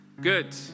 Good